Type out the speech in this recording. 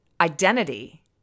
identity